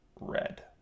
red